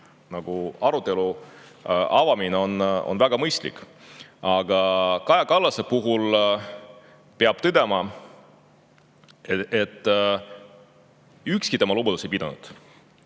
aga arutelu avamine on väga mõistlik. Kaja Kallase puhul peab tõdema, et ükski tema lubadus ei ole pidanud.